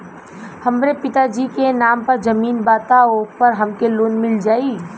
हमरे पिता जी के नाम पर जमीन बा त ओपर हमके लोन मिल जाई?